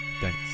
Thanks